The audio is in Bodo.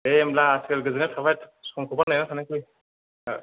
दे होनब्ला आसोल गोजोननाय थाबाय समखौबा नेना थानायसै